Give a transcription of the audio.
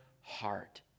heart